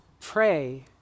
pray